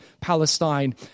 Palestine